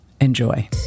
Enjoy